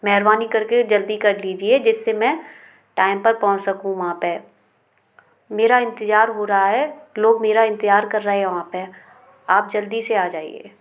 मेहरबानी करके जल्दी कर लीजिए जिससे मैं टाइम पर पहुँच सकूँ वहाँ पर मेरा इंतजार हो रहा है लोग मेरा इंतजार कर रहे हैं वहाँ पर आप जल्दी से आ जाइए